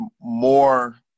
more